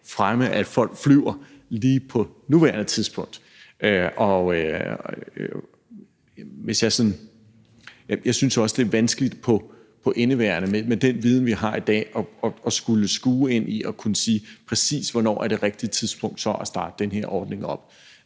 fremme, at folk flyver, lige på nuværende tidspunkt. Jeg synes også, det er vanskeligt for indeværende – med den viden, vi har i dag – at skulle skue ind i fremtiden og sige, præcis hvornår det rigtige tidspunkt er at starte den her ordning op.